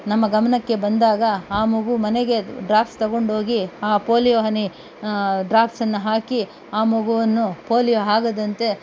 ನಮ್ಮ ಗಮನಕ್ಕೆ ಬಂದಾಗ ಆ ಮಗು ಮನೆಗೆ ಡ್ರಾಪ್ಸ್ ತಗೊಂಡೋಗಿ ಆ ಪೋಲಿಯೋ ಹನಿ ಡ್ರಾಪ್ಸನ್ನು ಹಾಕಿ ಆ ಮಗುವನ್ನು ಪೋಲಿಯೋ ಆಗದಂತೆ